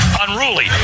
unruly